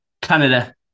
Canada